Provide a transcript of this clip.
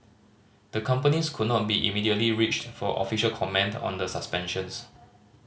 the companies could not be immediately reached for official comment on the suspensions